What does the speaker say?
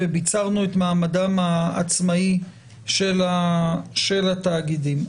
וביצרנו את מעמדם העצמאי של התאגידים.